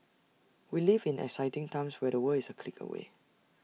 we live in exciting times where the world is A click away